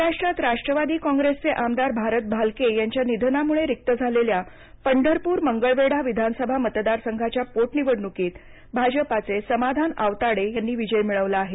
महाराष्ट्रात राष्ट्रवादी काँग्रेसचे आमदार भारत भालके यांच्या निधनामुळे रिक्त झालेल्या पंढरपूर मंगळवेढा विधानसभा मतदारसंघाच्या पोटनिवडणुकीत भाजपाचे समाधान आवताडे यांनी विजय मिळवला आहे